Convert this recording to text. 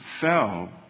fell